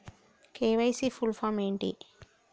KYC full form ఏంటి?